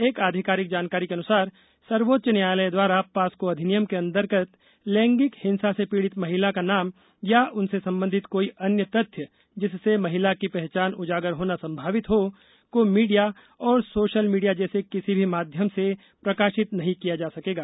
एक आधिकारिक जानकारी के अनुसार सर्वोच्च न्यायालय द्वारा पास्को अधिनियम के अंतर्गत लैंगिक हिंसा से पीड़ित महिला का किसी भी हिंसा प्रभावित के नाम या उनसे संबंधित कोई अन्य तथ्य जिससे महिला की पहचान उजागर होना संभावित हो को मीडिया और सोशल मीडिया जैसे किसी भी माध्यम से प्रकाशित नहीं किया जा सकेगा